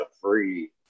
free